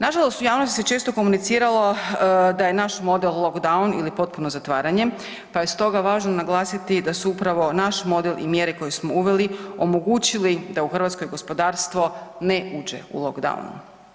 Nažalost u javnosti se često komuniciralo da je naš model lockdown ili potpuno zatvaranje pa je stoga važno naglasiti da su upravo naš model i mjere koje smo uveli omogućili da u hrvatsko gospodarstvo ne uđe u lockdown.